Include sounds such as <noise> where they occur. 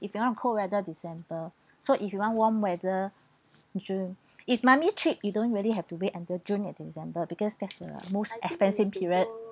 if you want a cold weather december <breath> so if you want warm weather june <breath> if mummy trip you don't really have to wait until june or december because that's uh most expensive period